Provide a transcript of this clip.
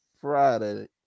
Friday